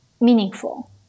meaningful